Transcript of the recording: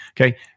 okay